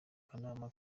kanama